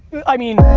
i mean.